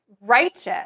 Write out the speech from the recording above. righteous